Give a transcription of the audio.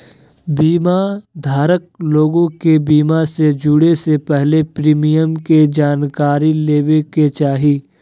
बीमा धारक लोग के बीमा से जुड़े से पहले प्रीमियम के जानकारी लेबे के चाही